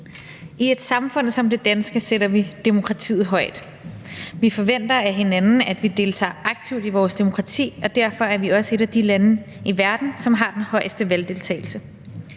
I et samfund som det danske sætter vi demokratiet højt. Vi forventer af hinanden, at vi deltager aktivt i vores demokrati, og derfor er vi også et af de lande i verden, som har den højeste valgdeltagelse.